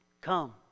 Come